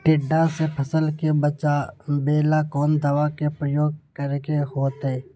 टिड्डा से फसल के बचावेला कौन दावा के प्रयोग करके होतै?